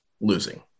losing